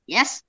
Yes